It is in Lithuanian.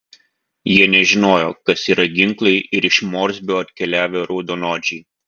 jie nežinojo kas yra ginklai ir iš morsbio atkeliavę raudonodžiai